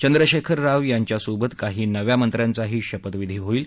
चंद्रशेखर राव यांच्यासोबत काही नव्या मंत्र्यांचाही शपथविधी होईल